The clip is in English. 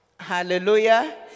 Hallelujah